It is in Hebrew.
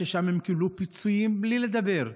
שם הם קיבלו פיצויים בלי לדבר,